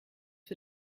für